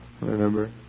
Remember